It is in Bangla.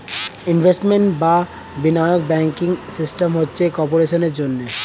ইনভেস্টমেন্ট বা বিনিয়োগ ব্যাংকিং সিস্টেম হচ্ছে কর্পোরেশনের জন্যে